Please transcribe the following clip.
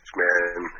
man